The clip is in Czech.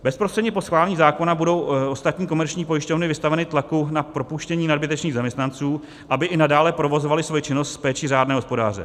Bezprostředně po schválení zákona budou ostatní komerční pojišťovny vystaveny tlaku na propuštění nadbytečných zaměstnanců, aby i nadále provozovaly svoji činnost s péčí řádného hospodáře.